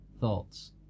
thoughts